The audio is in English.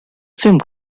same